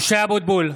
משה אבוטבול,